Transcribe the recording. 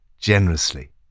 generously